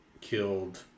killed